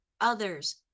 others